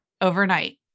overnight